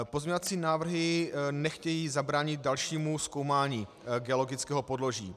Pozměňovací návrhy nechtějí zabránit dalšímu zkoumání geologického podloží.